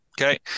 Okay